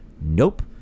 Nope